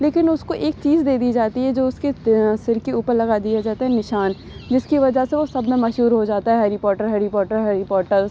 لیکن اُس کو ایک چیز دے دی جاتی ہے جو اُس کے سر کے اوپر لگا دیا جاتا ہے نشان جس کی وجہ سے وہ سب میں مشہور ہو جاتا ہے Harry Potter Harry Potter Harry porters